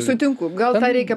sutinku gal tą reikia